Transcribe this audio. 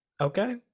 Okay